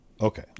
okay